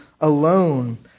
alone